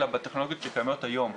אלא בטכנולוגיות שקיימות היום,